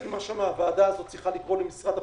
חלק ממה שהוועדה הזאת צריכה לקרוא למשרד החינוך,